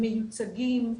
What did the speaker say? הם מיוצגים,